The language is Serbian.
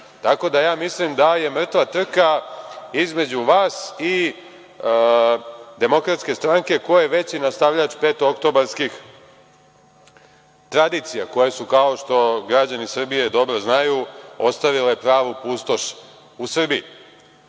Tako da mislim da je mrtva trka između vas i DS, ko je veći nastavljač petooktobarskih tradicija, koje su kao što građani Srbije dobro znaju, ostavile pravu pustoš u Srbiji. Što